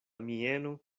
mieno